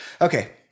Okay